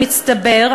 במצטבר,